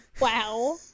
wow